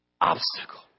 obstacle